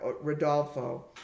Rodolfo